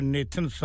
Nathan